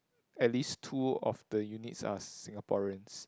at least two of the units are Singaporeans